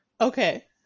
Okay